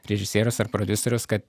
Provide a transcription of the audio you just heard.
režisierius ar prodiuserius kad